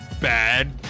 Bad